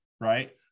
right